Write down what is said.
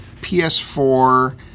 PS4